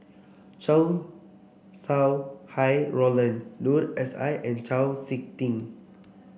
Chow Sau Hai Roland Noor S I and Chau SiK Ting